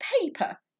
paper